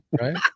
right